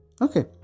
Okay